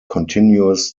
continuous